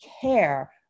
care